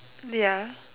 ya